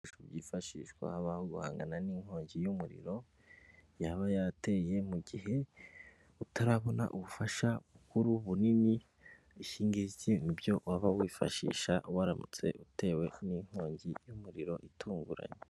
Byifashishwa abantu guhangana n'inkongi y'umuriro yaba yateye mu gihe utarabona ubufasha bw'uru buninishgi byo waba wifashisha waramutse utewe n'inkongi y'umuriro itunguranye.